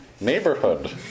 neighborhood